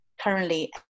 currently